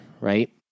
right